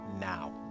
now